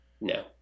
no